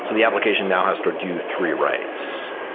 so the application now has to do three writes,